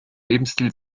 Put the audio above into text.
lebensstil